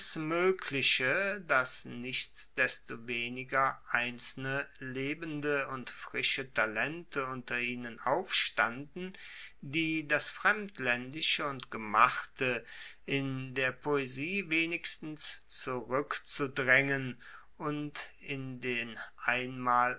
moegliche dass nichtsdestoweniger einzelne lebende und frische talente unter ihnen aufstanden die das fremdlaendische und gemachte in der poesie wenigstens zurueckzudraengen und in den einmal